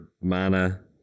mana